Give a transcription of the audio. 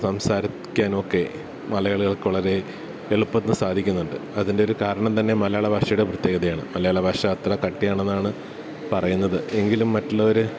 സംസാരിക്കാനുമൊക്കെ മലയാളികൾക്ക് വളരെ എളുപ്പത്തിൽ സാധിക്കുന്നുണ്ട് അതിൻ്റെഒരു കാരണം തന്നെ മലയാള ഭാഷയുടെ പ്രത്യേകതയാണ് മലയാള ഭാഷ അത്ര കട്ടിയാണെന്നാണ് പറയുന്നത് എങ്കിലും മറ്റുള്ളവര്